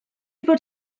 fod